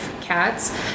cats